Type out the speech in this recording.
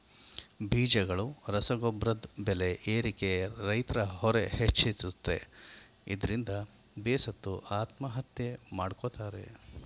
ಬೀಜಗಳು ರಸಗೊಬ್ರದ್ ಬೆಲೆ ಏರಿಕೆ ರೈತ್ರ ಹೊರೆ ಹೆಚ್ಚಿಸುತ್ತೆ ಇದ್ರಿಂದ ಬೇಸತ್ತು ಆತ್ಮಹತ್ಯೆ ಮಾಡ್ಕೋತಾರೆ